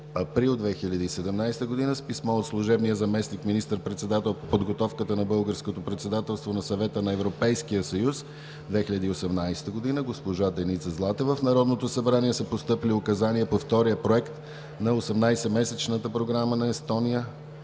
април 2017 г. с писмо от служебния заместник министър председател по подготовката на българското председателство на Съвета на Европейския съюз 2018 г. – госпожа Деница Златева, в Народното събрание са постъпили указания по Втория проект на 18-месечната програма на Естония,